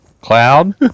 cloud